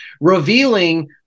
revealing